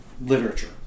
literature